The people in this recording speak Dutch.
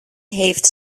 heeft